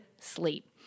sleep